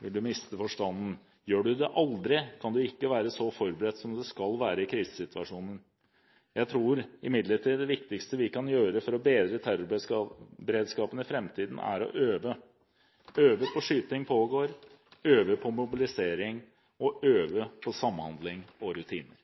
vil du miste forstanden. Gjør du det aldri, kan du ikke være så forberedt som du skal være i krisesituasjoner. Jeg tror imidlertid at det viktigste vi kan gjøre for å bedre terrorberedskapen i fremtiden, er å øve – øve på «skyting pågår», øve på mobilisering og øve på samhandling og rutiner.